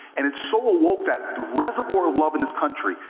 and it so awoke that reservoir of love in this country,